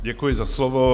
Děkuji za slovo.